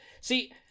See